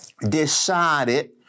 decided